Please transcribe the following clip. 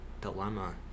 Dilemma